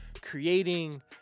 creating